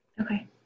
Okay